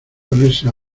ponerse